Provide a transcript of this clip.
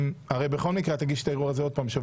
את לא תמשכי את הערעור עכשיו,